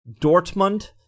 Dortmund